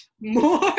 more